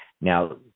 Now